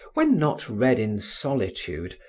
when not read in solitude,